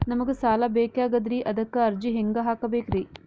ನಮಗ ಸಾಲ ಬೇಕಾಗ್ಯದ್ರಿ ಅದಕ್ಕ ಅರ್ಜಿ ಹೆಂಗ ಹಾಕಬೇಕ್ರಿ?